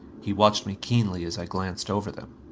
he watched me keenly as i glanced over them.